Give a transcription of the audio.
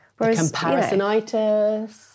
comparisonitis